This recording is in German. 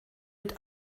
mit